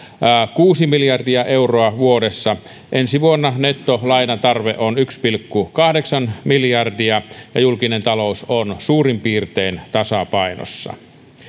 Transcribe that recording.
kuusi miljardia euroa vuodessa ensi vuonna nettolainatarve on yksi pilkku kahdeksan miljardia ja julkinen talous on suurin piirtein tasapainossa